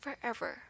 forever